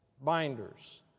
binders